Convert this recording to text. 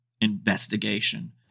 investigation